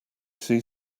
see